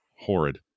horrid